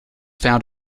found